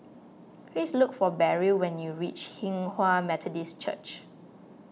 please look for Beryl when you reach Hinghwa Methodist Church